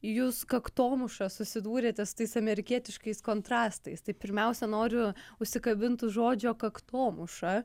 jūs kaktomuša susidūrėte su tais amerikietiškais kontrastais tai pirmiausia noriu užsikabint už žodžio kaktomuša